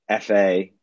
FA